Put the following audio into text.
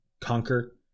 conquer